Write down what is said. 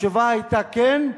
התשובה היתה כן,